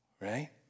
right